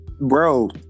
bro